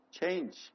Change